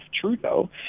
Trudeau